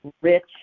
rich